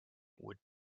would